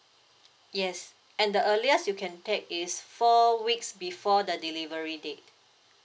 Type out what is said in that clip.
yes and the earliest you can take is four weeks before the delivery date